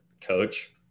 coach